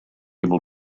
able